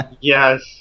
Yes